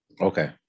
okay